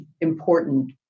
important